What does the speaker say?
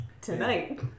tonight